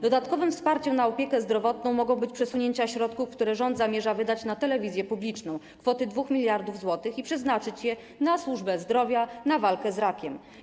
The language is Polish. Dodatkowym wsparciem na opiekę zdrowotną mogą być przesunięcia środków, które rząd zamierza wydać na telewizję publiczną, kwoty 2 mld zł, i przeznaczenie ich na służbę zdrowia, na walkę z rakiem.